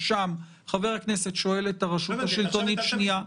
שם חבר הכנסת שואל את הרשות השלטונית שאלה --- לא הבנתי,